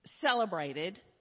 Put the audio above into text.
celebrated